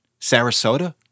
Sarasota